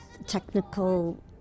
Technical